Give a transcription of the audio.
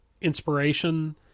inspiration